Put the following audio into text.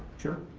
sure.